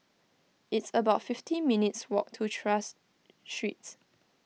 it's about fifteen minutes' walk to Tras Street